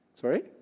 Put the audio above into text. Sorry